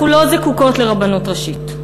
אנחנו לא זקוקות לרבנות ראשית,